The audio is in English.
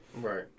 Right